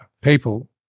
people